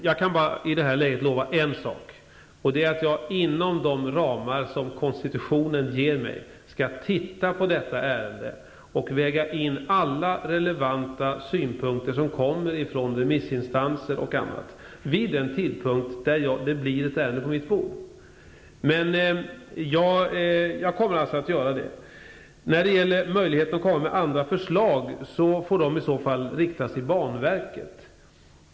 Fru talman! I det här läget kan jag bara lova en sak, och det är att jag inom de ramar som konstitutionen ger mig skall titta på detta ärende och väga in alla relevanta synpunkter som kommer från remissinstanser vid den tidpunkt när det blir ett ärende på mitt bord. Jag kommer alltså att göra det. När det gäller möjligheten att komma med andra förslag får de i så fall riktas till banverket.